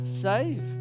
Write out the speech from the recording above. save